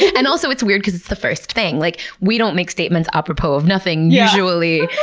and also, it's weird because it's the first thing. like we don't make statements apropos of nothing, usually,